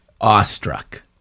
awestruck